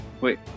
Wait